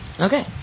Okay